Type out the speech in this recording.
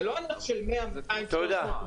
זה לא ענף של 100, 200, 300 עובדים,